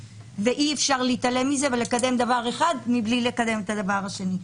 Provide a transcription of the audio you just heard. ואי-אפשר להתעלם מזה ולקדם דבר אחד בלי לקדם את הדבר השני.